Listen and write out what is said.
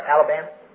Alabama